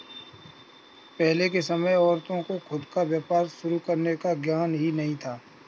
पहले के समय में औरतों को खुद का व्यापार शुरू करने का ज्ञान ही नहीं था